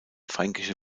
fränkische